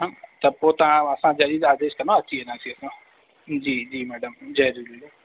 हा त पोइ तव्हां असां जॾी तव्हां आदेश कंदव अची वेंदासीं असां जी जी मैडम जय झूलेलाल